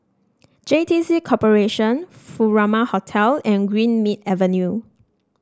J T C Corporation Furama Hotel and Greenmead Avenue